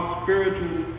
spiritual